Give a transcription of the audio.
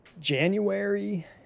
January